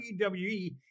WWE